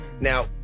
Now